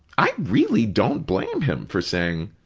i really don't blame him for saying,